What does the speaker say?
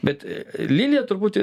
bet liliją turbūt